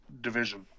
division